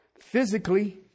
physically